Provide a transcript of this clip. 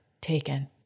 taken